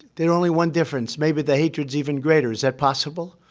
there's only one difference maybe the hatred is even greater. is that possible?